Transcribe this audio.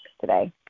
today